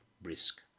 brisk